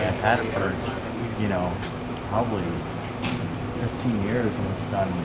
had a bird you know probably fifteen years and what's died?